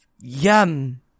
yum